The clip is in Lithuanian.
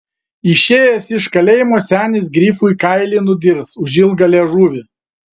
išėjęs iš kalėjimo senis grifui kailį nudirs už ilgą liežuvį